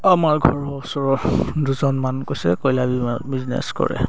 আমাৰ ঘৰৰ ওচৰ দুজনমান কৈছে কয়লা বিজনেছ কৰে